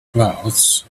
clouds